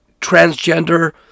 transgender